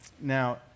Now